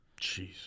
Jeez